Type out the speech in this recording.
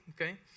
okay